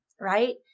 right